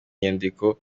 nyandiko